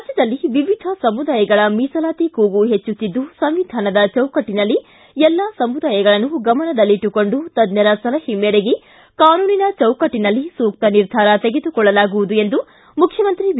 ರಾಜ್ಯದಲ್ಲಿ ವಿವಿಧ ಸಮುದಾಯಗಳ ಮೀಸಲಾತಿ ಕೂಗು ಹೆಚ್ಚುತ್ತಿದ್ದು ಸಂವಿಧಾನದ ಚೌಕಟ್ಟನಲ್ಲಿ ಎಲ್ಲ ಸಮುದಾಯಗಳನ್ನು ಗಮನದಲ್ಲಿಟ್ಟುಕೊಂಡು ತಜ್ಜರ ಸಲಹೆ ಮೇರೆಗೆ ಕಾನೂನಿನ ಚೌಕಟ್ಟನಲ್ಲಿ ಸೂಕ್ತ ನಿರ್ಧಾರ ತೆಗೆದುಕೊಳ್ಳಲಾಗುವುದು ಎಂದು ಮುಖ್ಯಮಂತ್ರಿ ಬಿ